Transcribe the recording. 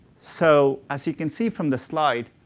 so as you can see from the slide,